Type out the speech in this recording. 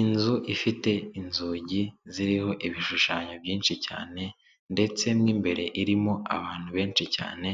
Inzu ifite inzugi ziriho ibishushanyo byinshi cyane ndetse mo imbere irimo abantu benshi cyane